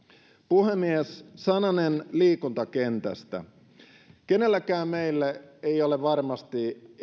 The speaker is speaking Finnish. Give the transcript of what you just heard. puhemies sananen liikuntakentästä kenellekään meistä ei ole varmasti